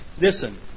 Listen